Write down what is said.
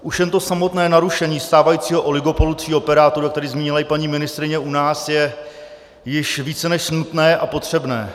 Už jen to samotné narušení stávajícího oligopolu tří operátorů, jak tady zmínila i paní ministryně, u nás je již více než nutné a potřebné.